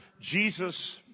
Jesus